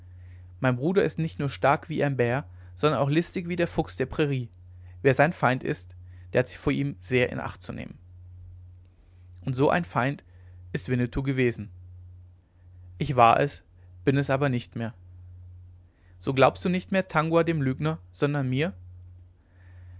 mein bruder ist nicht nur stark wie ein bär sondern auch listig wie der fuchs der prairie wer sein feind ist der hat sich vor ihm sehr in acht zu nehmen und so ein feind ist winnetou gewesen ich war es bin es aber nicht mehr so glaubst du nicht mehr tangua dem lügner sondern mir